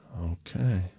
Okay